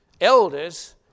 elders